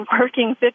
working